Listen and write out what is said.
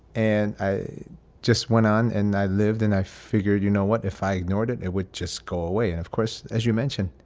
and i just went on. and i lived and i figured, you know what? if i ignored it, it would just go away. and of course, as you mentioned,